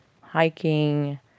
hiking